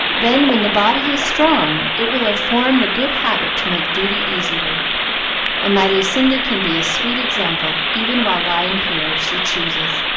then, when the body is strong, it will have formed a good habit to make duty easier and my lucinda can be a sweet example, even while lying here, if she chooses.